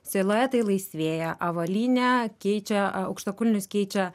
siluetai laisvėja avalynę keičia a aukštakulnius keičia